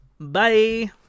bye